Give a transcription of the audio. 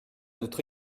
notre